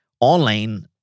Online